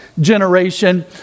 generation